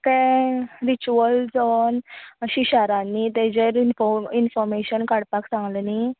तें रिचवल्स ऑन शिशारांन्नी ताचेर इंनफोमेंशन काडपाक सांगले न्ही